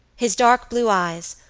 his dark blue eyes,